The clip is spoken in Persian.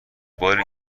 باری